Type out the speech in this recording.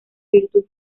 virtud